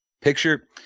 picture